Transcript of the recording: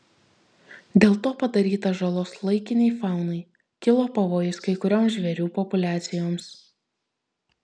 dėl to padaryta žalos laikinei faunai kilo pavojus kai kurioms žvėrių populiacijoms